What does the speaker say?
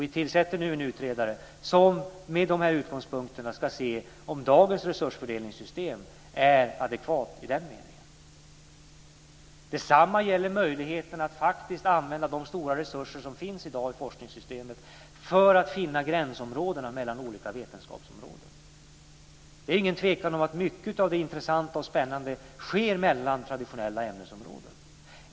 Vi tillsätter nu en utredare som med dessa utgångspunkter ska se om dagens resursfördelningssystem är adekvat i den meningen. Detsamma gäller möjligheterna att faktiskt använda de stora resurser som finns i dag inom forskningssystemet för att finna gränsområdena mellan olika vetenskapsområden. Det är ingen tvekan om att mycket av det intressanta och spännande sker mellan traditionella ämnesområden.